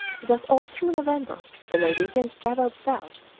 thus all through november the norwegians travelled south,